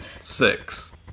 Six